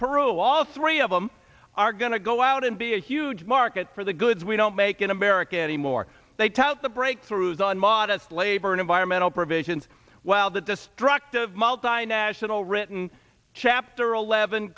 peru all three of them are going to go out and be a huge market for the goods we don't make in america anymore they tout the breakthroughs on modest labor and environmental provisions while the destructive multinational written chapter eleven